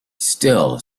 still